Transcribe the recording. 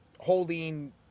holding